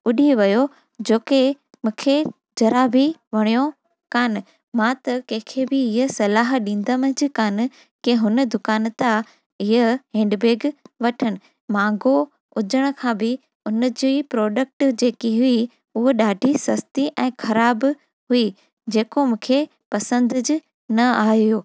उड़ी वियो जो की मूंखे जरा बि वणियो कोन मां त कंहिंखे बि इहा सलाहु ॾींदमि ई कोन की हुन दुकान खां हीअ हैंडबैग वठनि महांगो हुजण खां बि हुन जी प्रॉडक्ट जेकी हुई उहा ॾाढी सस्ती ऐं ख़राबु हुई जेको मूंखे पसंदि न आहियो